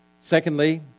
Secondly